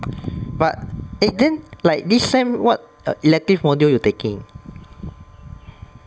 but eh then like this sem what elective module you taking